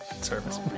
service